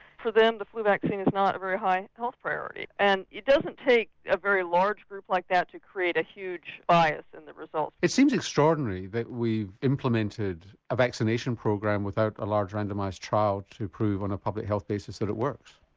then the flu vaccine is not a very high health priority. and it doesn't take a very large group like that to create a huge bias in the results. it seems extraordinary that we've implemented a vaccination program without a large randomised trial to prove on a public health basis that it works.